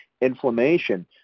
inflammation